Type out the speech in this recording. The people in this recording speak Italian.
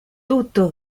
tutto